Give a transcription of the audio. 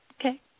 Okay